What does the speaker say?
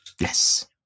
Yes